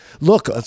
Look